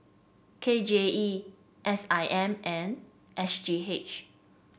K J E S I M and S G H